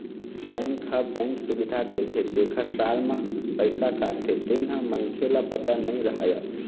bank ह bank सुबिधा देथे तेखर साल म पइसा काटथे तेन ह मनखे ल पता नइ रहय